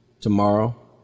Tomorrow